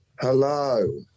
Hello